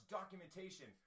documentation